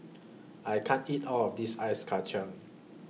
I can't eat All of This Ice Kachang